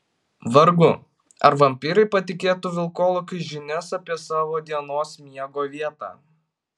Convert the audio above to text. vargu ar vampyrai patikėtų vilkolakiui žinias apie savo dienos miego vietą